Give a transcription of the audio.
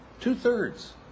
Two-thirds